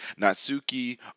Natsuki